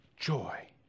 Joy